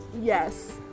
Yes